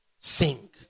sing